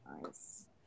Nice